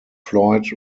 floyd